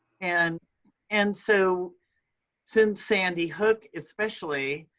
and and so since sandy hook, especially,